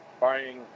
buying